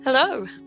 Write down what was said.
Hello